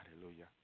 Hallelujah